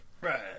Right